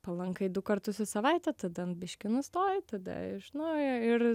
palankai du kartus į savaitę tada biškį nustoji tada iš naujo ir